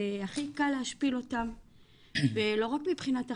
זה הכי קל להשפיל אותם ולא רק מבחינת החברים,